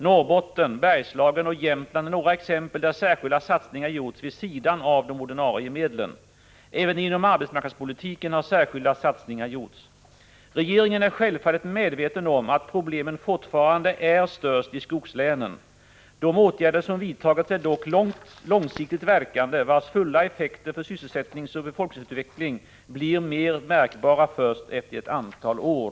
Norrbotten, Bergslagen och Jämtland är några exempel där särskilda satsningar gjorts vid sidan av de ordinarie medlen. Även inom arbetsmarknadspolitiken har särskilda satsningar gjorts. Regeringen är självfallet medveten om att problemen fortfarande är störst i skogslänen. De åtgärder som vidtagits är dock långsiktigt verkande åtgärder, vars fulla effekter för sysselsättningsoch befolkningsutveckling blir mer märkbara först efter ett antal år.